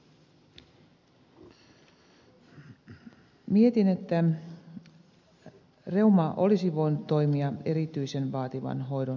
mietin että reuma olisi voinut toimia erityisen vaativan hoidon osaamiskeskuksena